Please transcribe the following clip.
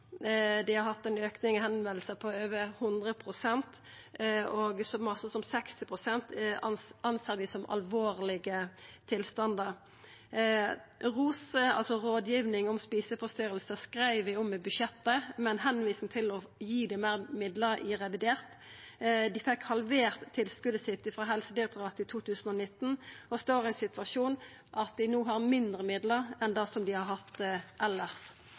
Dei har hatt ein auke i førespurnader på over 100 pst., og så mykje som 60 pst. ser dei på som alvorlege tilstandar. ROS, altså Rådgivning om spiseforstyrrelser, skreiv vi om i budsjettet med ei tilvising til å gi dei meir midlar i revidert. Dei fekk halvert tilskotet sitt frå Helsedirektoratet i 2019 og står i den situasjonen at dei no har mindre midlar enn det dei elles har hatt.